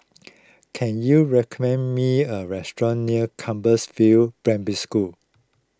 can you recommend me a restaurant near Compassvale Primary School